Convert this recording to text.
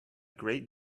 great